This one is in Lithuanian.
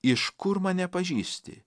iš kur mane pažįsti